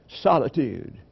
solitude